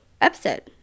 episode